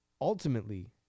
ultimately